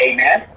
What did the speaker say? Amen